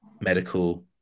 medical